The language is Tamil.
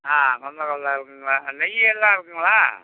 ஆ கொண்டக்கடலை இருக்குதுங்க நெய்யெல்லாம் இருக்குதுங்களா